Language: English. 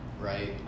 right